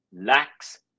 lacks